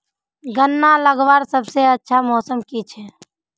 गन्ना लगवार सबसे अच्छा मौसम की छे?